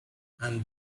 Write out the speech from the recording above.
and